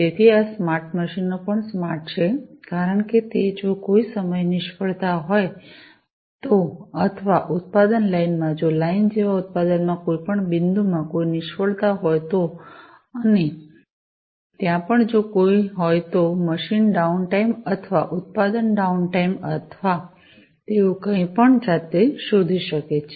તેથી આ સ્માર્ટ મશીનો પણ સ્માર્ટ છે કારણ કે તે જો કોઈ સમયે નિષ્ફળતા હોય તો અથવા ઉત્પાદન લાઇનમાં જો લાઇન જેવા ઉત્પાદનમાં કોઈ પણ બિંદુમાં કોઈ નિષ્ફળતા હોય તો અને ત્યાં પણ જો કોઈ હોય તો મશીન ડાઉનટાઇમ અથવા ઉત્પાદન ડાઉનટાઇમ અથવા તેવું કંઈ પણ જાતે શોધી શકે છે